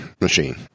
machine